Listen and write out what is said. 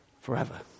forever